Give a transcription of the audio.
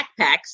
backpacks